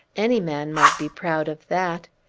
any man might be proud of that.